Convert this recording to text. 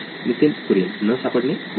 नितीन कुरियन न सापडणे बरोबर